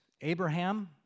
Abraham